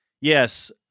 yes